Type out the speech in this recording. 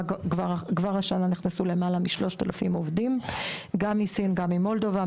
כבר השנה נכנסו למעלה מ-3,000 עובדים גם מסין גם ממולדובה.